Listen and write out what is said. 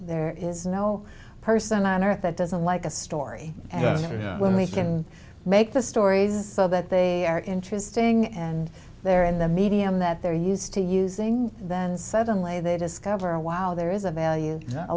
there is no person on earth that doesn't like a story and that's when we can make the stories so that they are interesting and they're in the medium that they're used to using then suddenly they discover a while there is a value